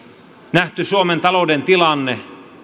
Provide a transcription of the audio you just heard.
nähty suomen talouden tilanne